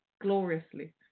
gloriously